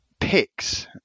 picks